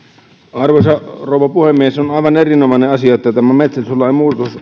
arvoisa rouva puhemies on aivan erinomainen asia että tämä metsästyslain